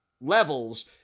levels